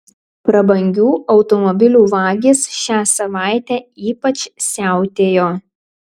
prabangių automobilių vagys šią savaitę ypač siautėjo